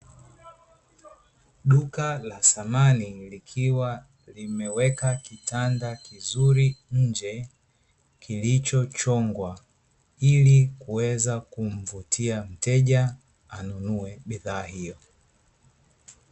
Duka la samani, likiwa limeweka kitanda kizuri nnje kilichochongwa, ili kuweza kumvutia mteja anunue bidhaa hiyo.